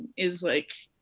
is like.